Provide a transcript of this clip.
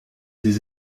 des